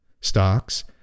stocks